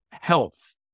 health